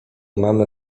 mamy